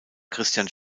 christian